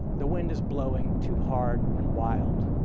the wind is blowing too hard and wild,